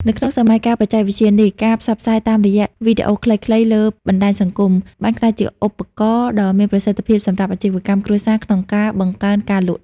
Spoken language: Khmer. នៅក្នុងសម័យកាលបច្ចេកវិទ្យានេះ ការផ្សព្វផ្សាយតាមរយៈវីដេអូខ្លីៗលើបណ្ដាញសង្គម បានក្លាយជាឧបករណ៍ដ៏មានប្រសិទ្ធភាពសម្រាប់អាជីវកម្មគ្រួសារក្នុងការបង្កើនការលក់។